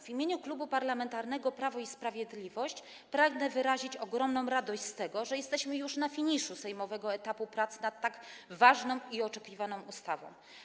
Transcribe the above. W imieniu Klubu Parlamentarnego Prawo i Sprawiedliwość pragnę wyrazić ogromną radość z tego, że jesteśmy już na finiszu sejmowego etapu prac nad tak ważną i oczekiwaną ustawą.